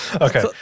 Okay